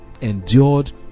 endured